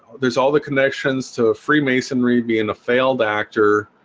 there's all the connections to freemasonry being a failed actor